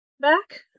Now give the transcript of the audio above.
back